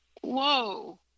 whoa